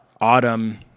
Autumn